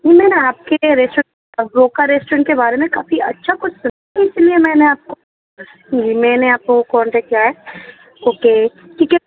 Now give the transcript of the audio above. میں نے آپ کے ریسٹورینٹ روکا ریسٹورینٹ کے بارے میں کافی اچھا کچھ سُن اِس لیے میں نے آپ کو میں نے آپ کو کانٹیکٹ کیا ہے اوکے ٹھیک ہے